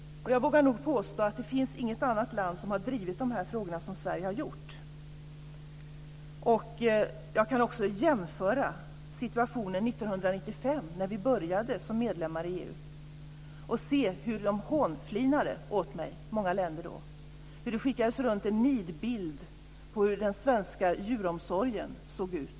Jag vågar nog påstå att det inte finns något annat land som har drivit de här frågorna som Sverige har gjort. Jag kan också jämföra med situationen 1995 när vi började som medlemmar i EU. Då hånflinade många länder åt mig. Det skickades runt en nidbild på hur den svenska djuromsorgen såg ut.